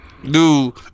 Dude